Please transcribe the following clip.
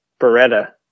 Beretta